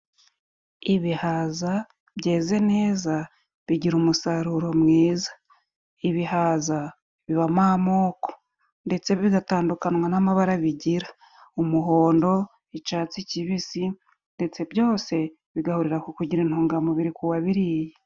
Ibihaza byeze neza bigira umusaruro mwiza. Ibihaza bibamo amoko. Ndetse bigatandukanywa n'amabara bigira. Umuhondo, icatsi kibisi, ndetse byose bigahurira ku kugira intungamubiri ku wabiriya.